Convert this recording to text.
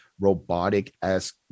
robotic-esque